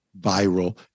viral